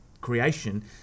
creation